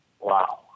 Wow